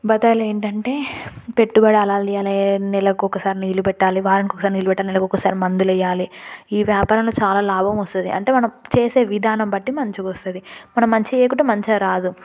బత్తాయిలు ఏంటంటే పెట్టుబడి అలాల్ తీయాలి నెలకొకసారి నీళ్లు పెట్టాలి వారానికి ఒకసారి నీళ్లు పెట్టాలి నెలకొకసారి మందులు వేయాలి ఈ వ్యాపారంలో చాలా లాభం వస్తుంది అంటే మనం చేసే విధానం బట్టి మంచిగా వస్తుంది మనం మంచిగా చేయకుంటే మంచిగా రాదు